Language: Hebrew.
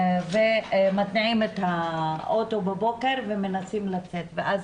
ומתניעים את האוטו בבוקר ומנסים לצאת ואז